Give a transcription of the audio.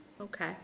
okay